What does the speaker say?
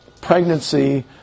pregnancy